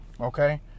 okay